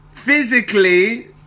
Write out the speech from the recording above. Physically